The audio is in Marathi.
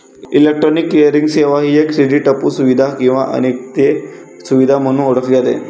इलेक्ट्रॉनिक क्लिअरिंग सेवा ही क्रेडिटपू सुविधा किंवा एक ते अनेक सुविधा म्हणून ओळखली जाते